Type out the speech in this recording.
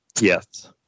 Yes